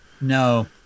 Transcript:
No